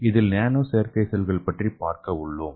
இதில் நேனோ செயற்கை செல்கள் பற்றி பார்க்க உள்ளோம்